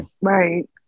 right